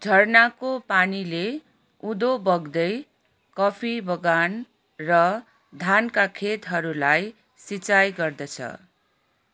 झर्नाको पानीले उँधो बग्दै कफी बगान र धानका खेतहरूलाई सिँचाइ गर्दछ